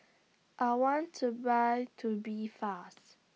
I want to Buy Tubifast